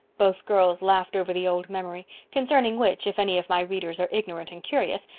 both girls laughed over the old memory. concerning which, if any of my readers are ignorant and curious,